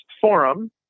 forum